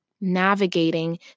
navigating